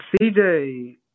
CJ